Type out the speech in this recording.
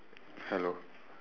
hello